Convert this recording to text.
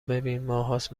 ببین، ماههاست